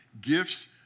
gifts